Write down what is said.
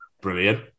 Brilliant